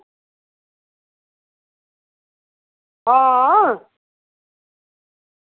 हां